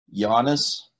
Giannis